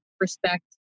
respect